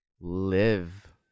live